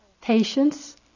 Patience